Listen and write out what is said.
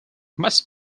must